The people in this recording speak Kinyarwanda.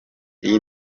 iyi